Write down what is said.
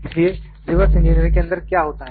इसलिए reverse engineering के अंदर क्या होता है